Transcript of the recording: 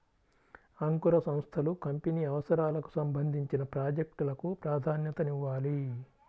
అంకుర సంస్థలు కంపెనీ అవసరాలకు సంబంధించిన ప్రాజెక్ట్ లకు ప్రాధాన్యతనివ్వాలి